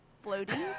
floating